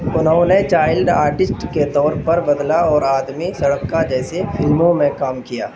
انہوں نے child artist کے طور پر بدلہ اور آدمی سڑک کا جیسی فلموں میں کام کیا